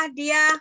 dia